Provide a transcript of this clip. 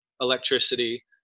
electricity